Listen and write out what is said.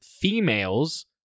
females